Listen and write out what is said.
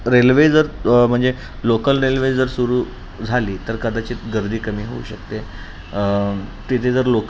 railway जर म्हणजे local railway जर सुरू झाली तर कदाचित गर्दी कमी होऊ शकते तिथे जर लोकल